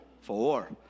four